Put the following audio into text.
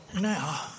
now